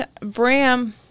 Bram